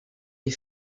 les